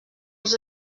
els